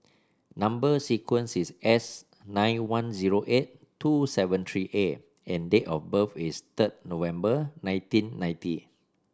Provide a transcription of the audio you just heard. number sequence is S nine one zero eight two seven three A and date of birth is third November nineteen ninety